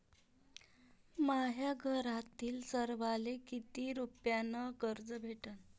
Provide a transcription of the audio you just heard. माह्या घरातील सर्वाले किती रुप्यान कर्ज भेटन?